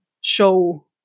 show